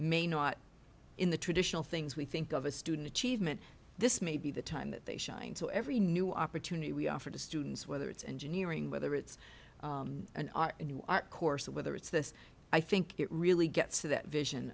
may not in the traditional things we think of a student achievement this may be the time that they shine to every new opportunity we offer to students whether it's engineering whether it's an art course whether it's this i think it really gets to that vision